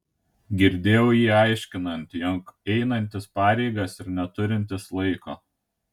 girdėjau jį aiškinant jog einantis pareigas ir neturintis laiko